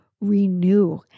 renew